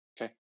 okay